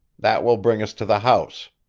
that will bring us to the house.